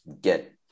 get